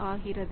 6